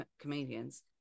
comedians